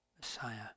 Messiah